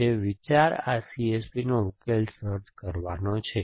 અને વિચાર આ C S Pનો ઉકેલ સર્ચ કરવાનો છે